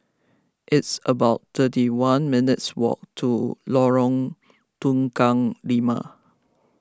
it's about thirty one minutes' walk to Lorong Tukang Lima